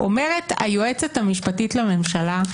אומרת היועצת המשפטית לממשלה: